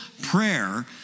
prayer